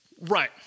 Right